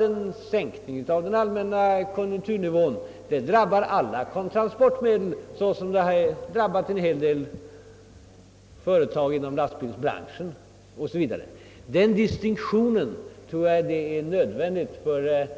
En sänkning av konjunkturnivån drabbar alla transportmedel; den har redan drabbat en hel del företag inom lastbilsbranschen 'O. S. V. Den distinktionen tror jag att